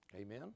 Amen